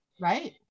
Right